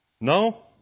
No